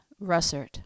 Russert